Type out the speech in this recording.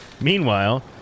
Meanwhile